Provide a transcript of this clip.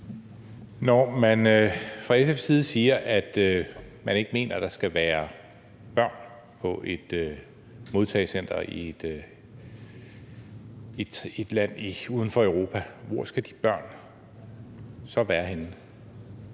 Når man fra SF's side siger, at man ikke mener, at der skal være børn på et modtagecenter i et land uden for Europa, hvor skal de børn så være henne?